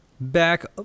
back